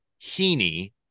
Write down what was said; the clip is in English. Heaney